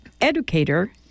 educator